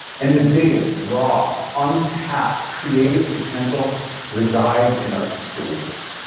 and the biggest, raw, untapped, creative potential resides in our schools.